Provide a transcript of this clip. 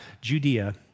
Judea